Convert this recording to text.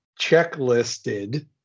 checklisted